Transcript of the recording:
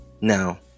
Now